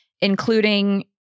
including